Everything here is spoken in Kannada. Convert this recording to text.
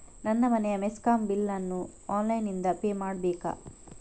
ನನ್ನ ಮನೆಯ ಮೆಸ್ಕಾಂ ಬಿಲ್ ಅನ್ನು ಆನ್ಲೈನ್ ಇಂದ ಪೇ ಮಾಡ್ಬೇಕಾ?